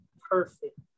perfect